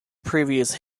previous